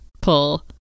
pull